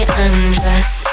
undress